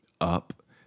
up